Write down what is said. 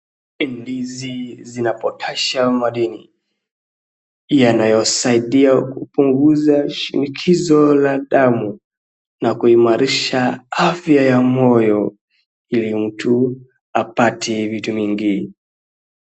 Ndizi zina potassium madini yanayosaidia kupunguza shinikizo la damu na kuimarisha afya ya moyo ya mtu apate vitu mingi.